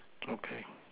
okay